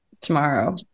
tomorrow